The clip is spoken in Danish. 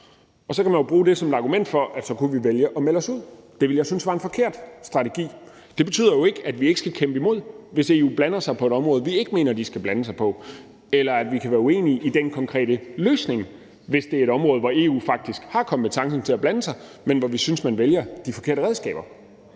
Så kan man jo bruge det som et argument for, at vi så kunne vælge at melde os ud. Det ville jeg synes var en forkert strategi. Men det betyder jo ikke, at vi ikke skal kæmpe imod, hvis EU blander sig på et område, vi ikke mener de skal blande sig på, eller at vi kan være uenige i den konkrete løsning, hvis det er et område, hvor EU faktisk har kompetencen til at blande sig, men hvor vi synes man vælger de forkerte redskaber.